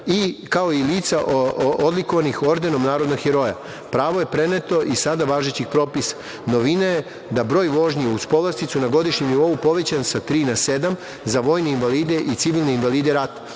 kao i lica odlikovanih Ordenom Narodnog heroja. Pravo je preneto iz sada važećih propisa. Novina je da je broj vožnji, uz povlasticu na godišnjem nivou, povećan sa tri na sedam za vojne invalide i civilne invalide rata,